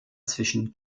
zwischen